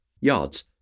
yards